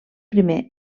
primer